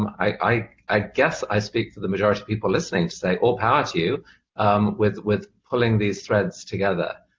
um i i guess i speak for the majority of people listening to say all power to you um with with pulling these threads together.